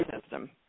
system